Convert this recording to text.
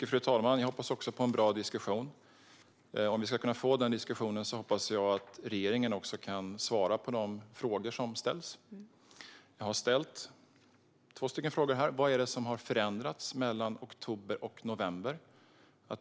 Fru talman! Jag hoppas också på en bra diskussion. Om vi ska kunna få det hoppas jag att regeringen också kan svara på de frågor som ställs. Jag har ställt två frågor här. Vad förändrades mellan oktober och november?